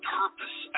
purpose